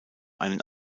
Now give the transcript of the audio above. einen